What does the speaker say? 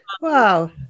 Wow